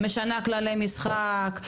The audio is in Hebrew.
המדינה משנה כללי משחק,